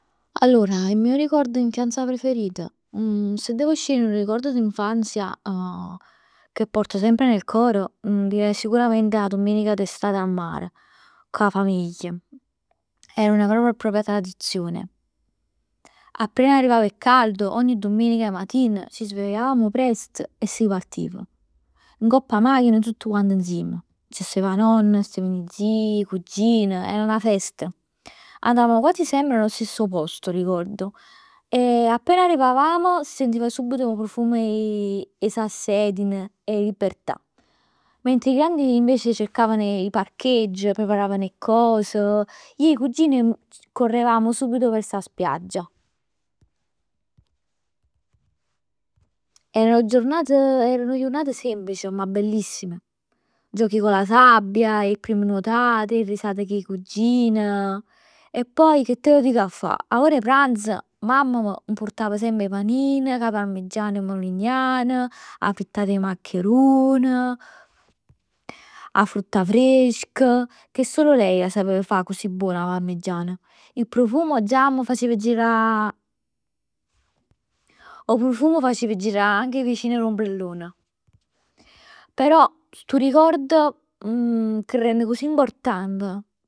Allora il mio ricordo d'infanzia preferito? Se devo scegliere un ricordo d'infanzia che porto semp nel core. Direi sicuramente 'a domenica d'estate a mare, cu 'a famiglia. Era una vera e propria tradizione. Appena arrivava il caldo 'a domenica matina ci svegliavamo presto e si partiv. Ngopp 'a machina tutt quant insiem. C' stev 'a nonna, steven 'e zii, 'e cugin. Era 'na festa. Andavamo quasi semp allo stesso posto mi ricordo e appena arrivavamo si sentiv subito nu profum 'e 'e salsedine e libertà. Mentre 'e grandi invece cercavano 'e parchegg, preparavan 'e cos. Ij e 'e cugin meje correvamo subito verso 'a spiaggia. Erano giornate, erano jurnat semplici ma bellissime. Giochi con la sabbia, 'e prime nuotate, 'e risate cu 'e cugin. E poi che te lo dico a fa. A ora 'e pranz mammem purtav semp 'e panin cu 'a parmigian 'e mulignan. 'A frittat 'e maccarun. 'A frutta fresc, che solo lei 'a sapev fa accussì buona 'a parmigian. Il profumo già m' facev girà 'o profum facev girà anche l'ombrellon. Però stu ricordo che rende così important.